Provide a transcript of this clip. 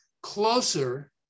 closer